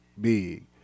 Big